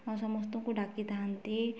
ସମସ୍ତଙ୍କୁ ଡାକିଥାନ୍ତି